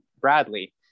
Bradley